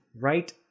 right